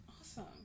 Awesome